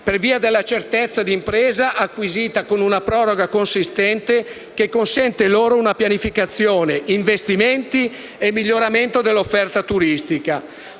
per via della certezza d'impresa acquisita con una proroga consistente, che consente loro pianificazione, investimenti e miglioramento dell'offerta turistica.